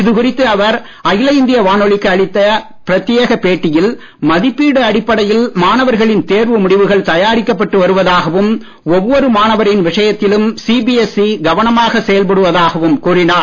இதுகுறித்து அவர் அகில இந்திய வானொலிக்கு அளித்த பிரத்யேக பேட்டியில் மதிப்பீடு அடிப்படையில் மாணவர்களின் தேர்வு முடிவுகள் தயாரிக்கப்பட்டு வருவதாகவும் ஒவ்வொரு மாணவரின் விஷயத்திலும் சிபிஎஸ்இ கவனமாக செயல்படுவதாகவும் கூறினார்